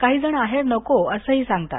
काही आहेर नको असंही सांगतात